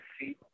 see